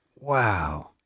Wow